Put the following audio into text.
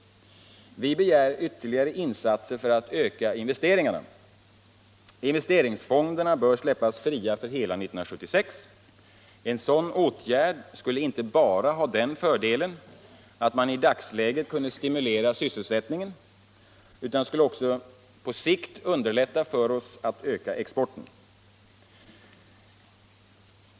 Vi begär ytterligare insatser för att öka investeringarna. Investeringsfonderna bör släppas fria för hela 1976. En sådan åtgärd skulle inte bara ha den fördelen att man i dagsläget kunde stimulera sysselsättningen utan skulle också på sikt underlätta för oss att öka exporten.